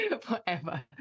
forever